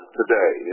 today